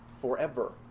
forever